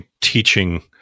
teaching